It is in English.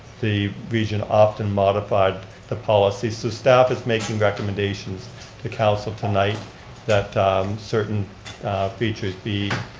the region often modified the policy, so staff is making recommendations to council tonight that certain features be